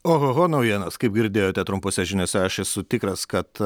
ohoho naujienos kaip girdėjote trumpose žiniose aš esu tikras kad